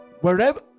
wherever